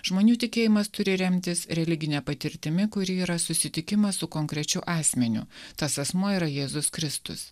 žmonių tikėjimas turi remtis religine patirtimi kuri yra susitikimas su konkrečiu asmeniu tas asmuo yra jėzus kristus